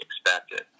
expected